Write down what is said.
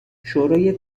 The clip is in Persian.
شورای